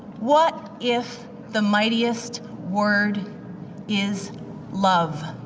what if the mightiest word is love?